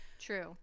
True